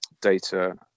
data